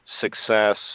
success